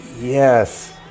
Yes